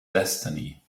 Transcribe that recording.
destiny